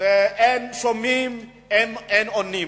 ואין שומעים ואין עונים.